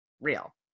real